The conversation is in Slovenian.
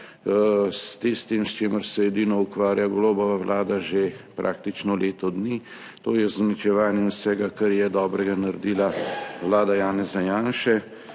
s tistim, s čimer se edino ukvarja Golobova vlada že praktično leto dni, to je z uničevanjem vsega, kar je dobrega naredila vlada Janeza Janše,